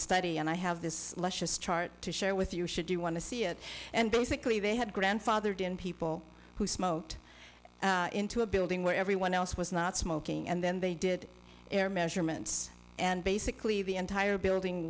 study and i have this chart to share with you should you want to see it and basically they have grandfathered in people who smoked into a building where everyone else was not smoking and then they did their measurements and basically the entire building